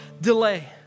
delay